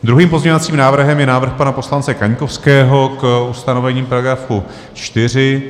Druhým pozměňovacím návrhem je návrh pana poslance Kaňkovského k ustanovení § 4.